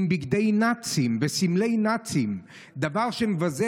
עם בגדי נאצים וסמלי נאצים דבר שמבזה